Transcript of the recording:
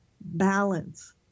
balance